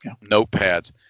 notepads